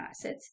acids